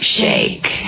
shake